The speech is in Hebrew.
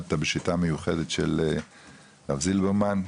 למדת בשיטה מיוחדת של הרב זילברמן,